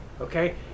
Okay